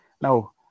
Now